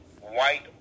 white